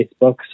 Facebook